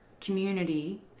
community